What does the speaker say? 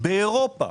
באירופה